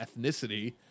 ethnicity